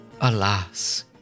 alas